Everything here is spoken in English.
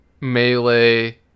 melee